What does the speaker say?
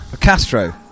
Castro